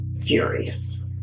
furious